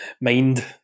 mind